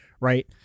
Right